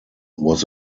was